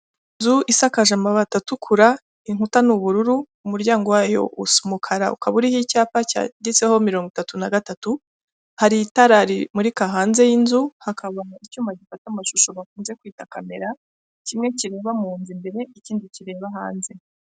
Inzu isakaje amabati atukura inkuta ni ubururu umuryango wayo usa umukara, ukaba uriho icyapa cyanditseho mirongo itatu na gatatu, hari itara rimurika hanze y'inzu hakabamo icyuma gifata amashusho bakunze kwita kamera kimwe kireba mu nzu imbere, ikindi kireba hanze.